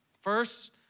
First